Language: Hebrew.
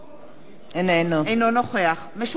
אינו נוכח משולם נהרי,